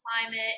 climate